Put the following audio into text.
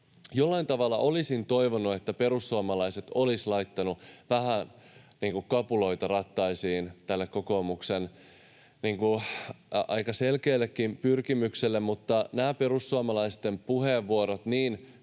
Jollain tavalla olisin toivonut, että perussuomalaiset olisi laittanut vähän niin kuin kapuloita rattaisiin tälle kokoomuksen aika selkeällekin pyrkimykselle, mutta nämä perussuomalaisten puheenvuorot niin